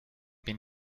been